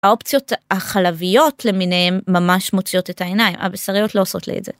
האופציות החלביות למיניהם ממש מוציאות את העיניים, הבשריות לא עושות לי את זה.